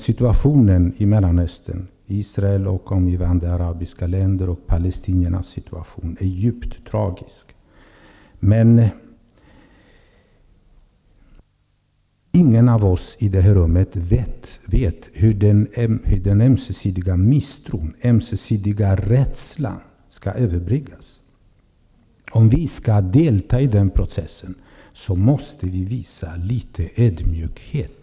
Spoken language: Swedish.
Situationen i Mellanöstern med Israel och omgivande arabiska länder och palestiniernas situation är djupt tragiska. Men ingen av oss i detta rum vet hur den ömsesidiga misstron och rädslan skall överbryggas. Om vi skall delta i den processen måste vi visa en smula ödmjukhet.